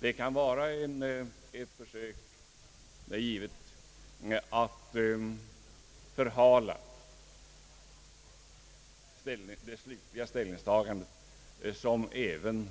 Det kan vara ett försök — det är givet — att förhala det slutliga ställningstagandet, som även